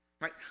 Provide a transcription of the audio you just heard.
right